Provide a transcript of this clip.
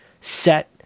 set